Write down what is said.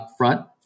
upfront